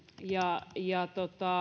ja ja